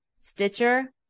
Stitcher